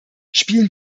spielen